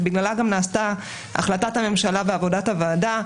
ובגללה גם נעשתה החלטת הממשלה ועבודת הוועדה,